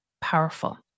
powerful